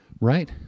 Right